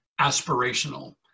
aspirational